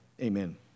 Amen